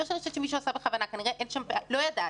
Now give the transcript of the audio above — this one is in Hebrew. אני לא חושבת שמישהו עשה בכוונה, אני לא יודעת,